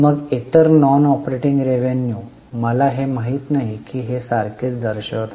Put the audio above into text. मग इतर non operating revenue मला हे माहित नाही की हे सारखेच दर्शवित आहे